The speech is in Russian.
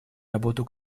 работу